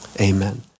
amen